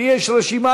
לי יש רשימה,